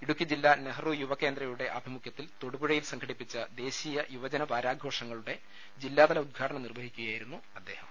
ഇടുക്കി ജില്ലാ നെഹ്റു യുവ കേന്ദ്രയുടെ ആഭിമുഖൃത്തിൽ തൊട്ടൂപുഴയിൽ സംഘടിപ്പിച്ച ദേശീയ യുവജന വാരാഘോഷങ്ങളൂടെ ജില്ലാതല ഉദ്ഘാടനം നിർവഹിക്കുകയായിരുന്നു അദ്ദേഹം